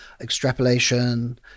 extrapolation